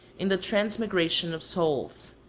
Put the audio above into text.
in the transmigration of souls.